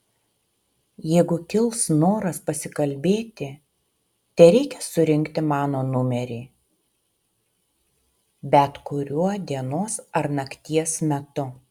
jeigu kils noras pasikalbėti tereikia surinkti mano numerį bet kuriuo dienos ar nakties metu